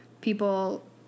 people